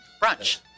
Brunch